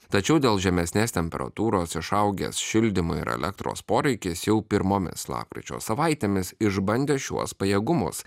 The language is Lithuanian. tačiau dėl žemesnės temperatūros išaugęs šildymo ir elektros poreikis jau pirmomis lapkričio savaitėmis išbandė šiuos pajėgumus